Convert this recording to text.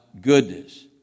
goodness